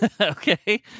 Okay